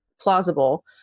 plausible